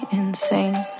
insane